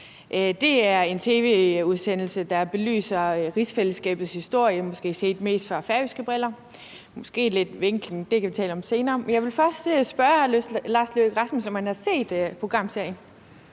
Det er en tv-udsendelse, der belyser rigsfællesskabets historie måske mest set med færøske briller – det er måske lidt vinklet, men det kan vi tale om senere. Jeg vil først spørge hr. Lars Løkke Rasmussen, om han har set programserien.